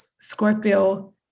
scorpio